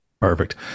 perfect